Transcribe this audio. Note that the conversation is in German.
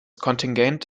kontingent